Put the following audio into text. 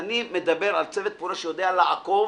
אני מדבר על צוות פעולה שיודע לעקוב.